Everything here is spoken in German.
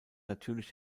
natürlich